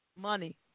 Money